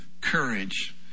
courage